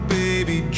baby